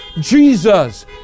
Jesus